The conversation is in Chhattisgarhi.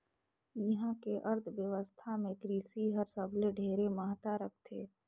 इहां के अर्थबेवस्था मे कृसि हर सबले ढेरे महत्ता रखथे